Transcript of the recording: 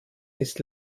ist